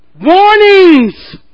Warnings